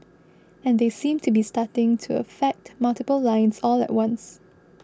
and they seem to be starting to affect multiple lines all at once